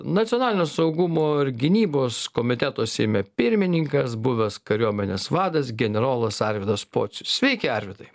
nacionalinio saugumo ir gynybos komiteto seime pirmininkas buvęs kariuomenės vadas generolas arvydas pocius sveiki arvydai